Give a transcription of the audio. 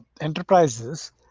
enterprises